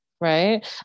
Right